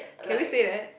can we say that